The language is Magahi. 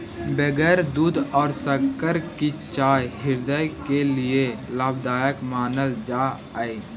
बगैर दूध और शक्कर की चाय हृदय के लिए लाभदायक मानल जा हई